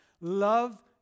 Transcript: Love